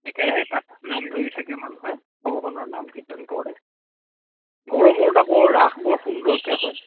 একেৰাহে তাত নাম ধৰি থাকে মানুহে ভগৱানৰ নাম কীৰ্তন কৰে গড়মূৰত আকৌ ৰাস বৰ সুন্দৰকে হয়